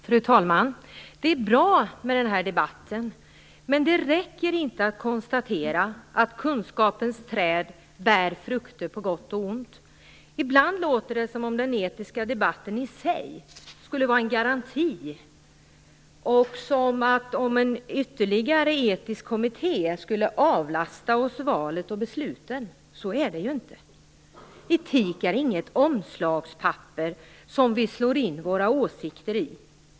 Fru talman! Det är bra med den här debatten. Men det räcker inte att konstatera att kunskapens träd bär frukter på gott och ont. Ibland låter det som om den etiska debatten i sig skulle vara en garanti och som om ytterligare en etisk kommitté skulle avlasta oss valet och besluten. Så är det ju inte. Etik är inget omslagspapper som vi slår in våra åsikter i.